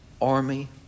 army